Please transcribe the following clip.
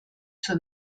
zur